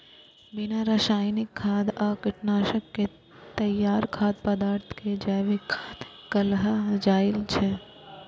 बिना रासायनिक खाद आ कीटनाशक के तैयार खाद्य पदार्थ कें जैविक खाद्य कहल जाइ छै